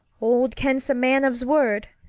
old kent's a man of s word.